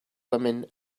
women